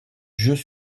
jeux